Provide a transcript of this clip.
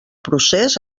procés